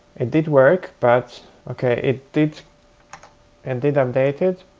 it did work, but. ok, it did and did update it,